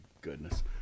goodness